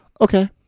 okay